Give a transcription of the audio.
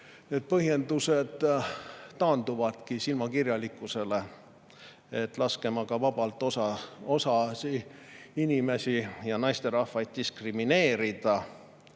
põhjendused taanduvadki silmakirjalikkusele, et laskem aga osa inimesi, naisterahvaid vabalt diskrimineerida,